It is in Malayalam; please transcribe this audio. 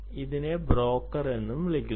ഇതിനെ ബ്രോക്കർ എന്ന് വിളിക്കുന്നു